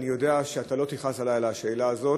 אני יודע שאתה לא תכעס עלי על השאלה הזאת,